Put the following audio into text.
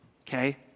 okay